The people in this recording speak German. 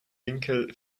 winkel